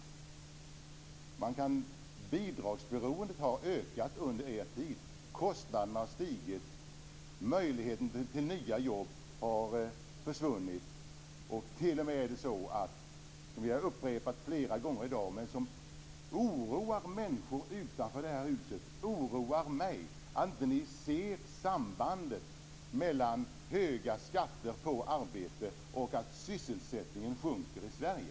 Bidragsberoendet har ökat under er tid vid makten. Kostnaderna har stigit. Möjligheten till nya jobb har försvunnit. Något som vi har upprepat flera gånger i dag, något som oroar människor utanför det här huset och som oroar mig är att ni inte ser sambandet mellan höga skatter på arbete och den sjunkande sysselsättningen i Sverige.